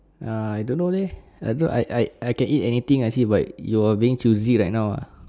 uh I don't know leh I don't I I I can eat anything I see but you are being choosy right now ah